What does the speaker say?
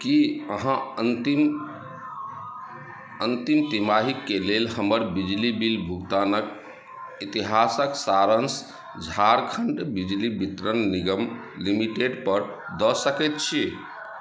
की अहाँ अन्तिम अन्तिम तिमाहीके लेल हमर बिजली बिल भुगतानक इतिहासक सारांश झारखण्ड बिजली वितरण निगम लिमिटेड पर दऽ सकैत छी